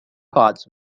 pods